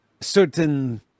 certain